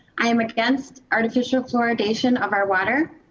i am against artificial fluoridation of our water.